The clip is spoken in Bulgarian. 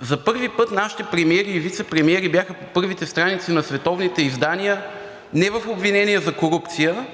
За първи път нашите премиери и вицепремиери бяха по първите страници на световните издания не в обвинения за корупция,